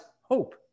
hope